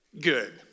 good